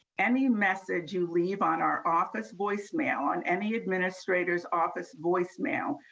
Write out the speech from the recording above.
any message you leave on our office voicemail, on any administrator's office voicemail,